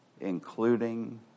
including